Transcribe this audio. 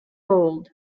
gold